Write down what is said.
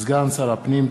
סגן שר הפנים.